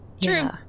true